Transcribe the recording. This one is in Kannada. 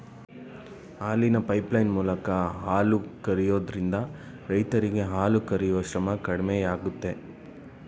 ಹಾಲಿನ ಪೈಪ್ಲೈನ್ ಮೂಲಕ ಹಾಲು ಕರಿಯೋದ್ರಿಂದ ರೈರರಿಗೆ ಹಾಲು ಕರಿಯೂ ಶ್ರಮ ಕಡಿಮೆಯಾಗುತ್ತೆ